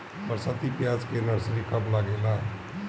बरसाती प्याज के नर्सरी कब लागेला?